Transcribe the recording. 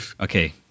Okay